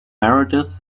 meredith